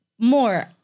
More